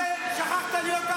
מה זה "שכחת להיות אח שכול"?